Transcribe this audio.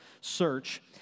search